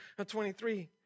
23